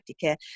care